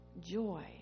joy